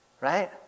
Right